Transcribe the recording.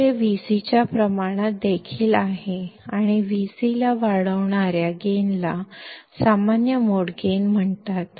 तर हे Vc च्या प्रमाणात देखील आहे आणि या Vc ला वाढवणाऱ्या गेन ला सामान्य मोड गेन म्हणतात